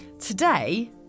Today